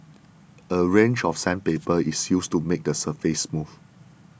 a range of sandpaper is used to make the surface smooth